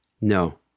No